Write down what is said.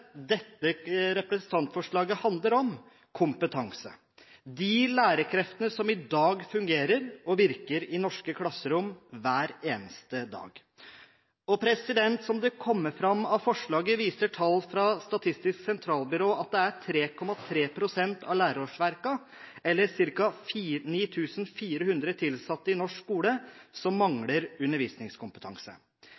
dette representantforslaget til syvende og sist handler om, er kompetanse – de lærerkreftene som i dag fungerer og virker i norske klasserom hver eneste dag. Som det kommer fram av representantforslaget, viser tall fra Statistisk sentralbyrå at det er ca. 9 400 tilsatte i norsk skole – 3,3 pst. av lærerårsverkene – som